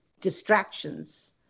distractions